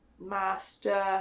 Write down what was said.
Master